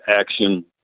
action